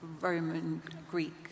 Roman-Greek